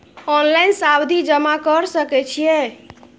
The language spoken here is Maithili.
ऑनलाइन सावधि जमा कर सके छिये?